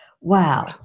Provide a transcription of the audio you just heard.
Wow